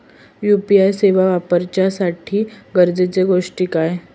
UPI सेवा वापराच्यासाठी गरजेचे गोष्टी काय?